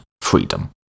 Freedom